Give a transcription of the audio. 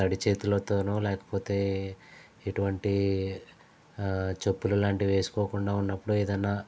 తడి చేతులతోనూ లేకపోతే ఎటువంటి చొప్పులు లాంటివి వేసుకోకుండా ఉన్నప్పుడు ఏదన్నా